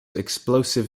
explosive